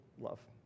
love